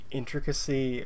intricacy